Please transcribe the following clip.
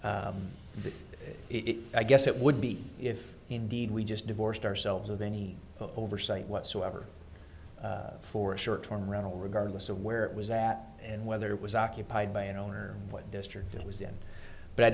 it i guess it would be if indeed we just divorced ourselves of any oversight whatsoever for a short term rental regardless of where it was at and whether it was occupied by an owner or what district it was in but i